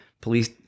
police—